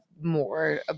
more